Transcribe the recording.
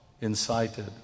incited